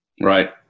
Right